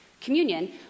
communion